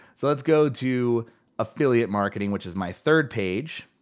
so let's go to affiliate marketing, which is my third page.